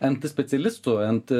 nt specialistų ent